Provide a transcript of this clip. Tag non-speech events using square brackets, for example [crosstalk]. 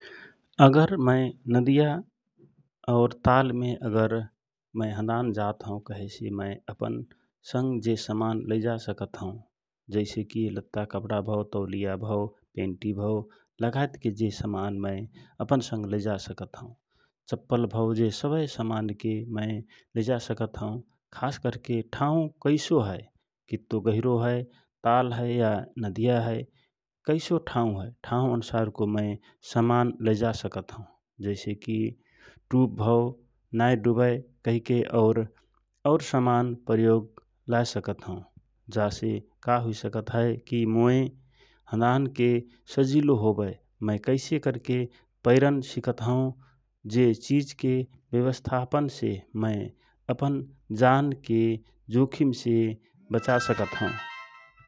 अगर मय नदिया और ताल में अगर मय हँदान जात हौ कहेसे मय अपन संग जे समान लैके जा सकत हौ जसे की लत्ता कपडा भव तौलिया भव, पेन्टी भव लगयतके जे समान मय अपन संग लैजा सकता हौ, चप्पल भाव जे सवय समानके मय लैजा सकत हौ । खास करके ठाउ कैसो हए कित्तो गहिरो हए, ताल हए या नदियां हए कैसो ठाउ हए ठाउ अनुासारको मय सामान लैजासकत हौ । जैसे कि टुप भव नाय बुडय कहिके और और समान प्रयोगम्र लय सकत हौ । जा से का हुइ हए कि मोय हदानके सजिलो होवय मय कैसे करके पैरन सिकसकत हौ । जे चीज़ के व्यवस्थापनसे मय अपन जान के जोखिम से बचा [noise] सकत हौ।